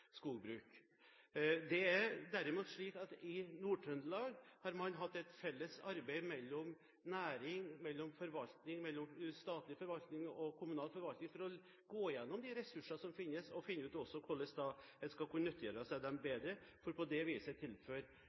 skogbruk. Det er derimot slik at i Nord-Trøndelag har man hatt et felles arbeid mellom næring og statlig og kommunal forvaltning for å gå igjennom de ressurser som finnes, og også finne ut hvordan en skal kunne nyttiggjøre seg dem bedre, for på det viset tilføre industrien mer lokalt råstoff. Jeg ser fram til